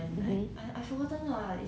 ya ya ya